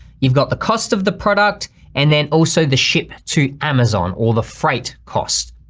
you've got the cost of the product and then also the ship to amazon or the freight costs.